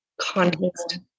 context